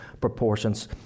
proportions